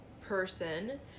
person